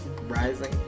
Rising